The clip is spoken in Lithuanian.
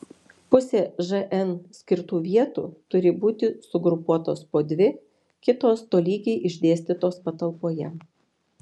pusė žn skirtų vietų turi būti sugrupuotos po dvi kitos tolygiai išdėstytos patalpoje